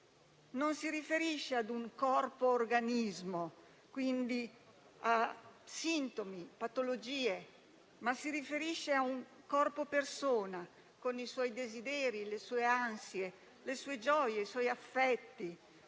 cura si riferisce non a un corpo organismo, quindi a sintomi o patologie, ma a un corpo persona, con i suoi desideri, le sue ansie, le sue gioie e i suoi affetti;